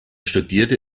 studierte